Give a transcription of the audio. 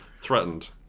threatened